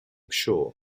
sure